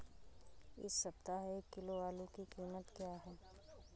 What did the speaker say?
इस सप्ताह एक किलो आलू की कीमत क्या है?